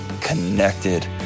connected